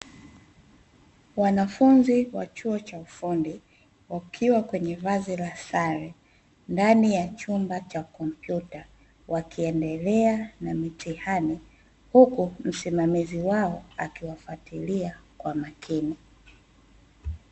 Wanafunzi wa chuo cha ufundi, wakiwa kwenye vazi la sare ndani ya chumba cha kompyuta, wakiendelea na mitihani, huku msimamizi wao akiwafuatilia kwa makini.